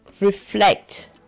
reflect